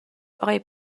آقای